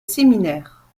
séminaire